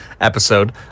episode